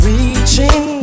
Reaching